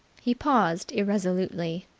he paused irresolutely.